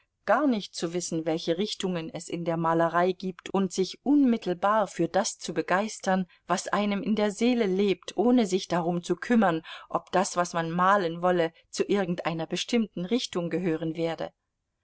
gar nicht zu wissen welche richtungen es in der malerei gibt und sich unmittelbar für das zu begeistern was einem in der seele lebt ohne sich darum zu kümmern ob das was man malen wolle zu irgendeiner bestimmten richtung gehören werde